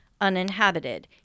uninhabited